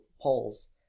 polls